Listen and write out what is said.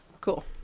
Cool